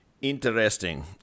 Interesting